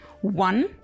One